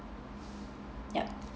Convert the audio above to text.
yup